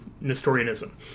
Nestorianism